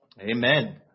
Amen